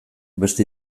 beste